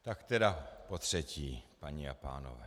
Tak tedy potřetí, paní a pánové.